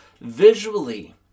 visually